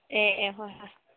ꯑꯦ ꯑꯦ ꯍꯣꯏ ꯍꯣꯏ